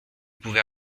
pouvait